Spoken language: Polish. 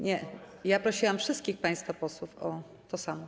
Nie, prosiłam wszystkich państwa posłów o to samo.